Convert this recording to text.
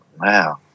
wow